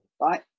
Right